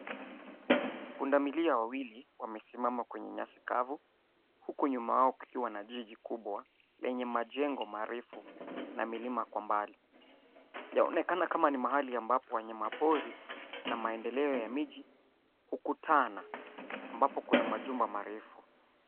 Pundamilia wawili wamesimama kwenye nyasi kavu. Huku nyuma yao kukiwa na jiji kubwa lenye majengo marefu na milima kwa mbali. Yaonekana kama ni mahali ambapo wanyama pori na maendeleo ya miji ukutana ambapo kuna majumba marefu.